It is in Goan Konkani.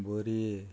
बोरये